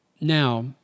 now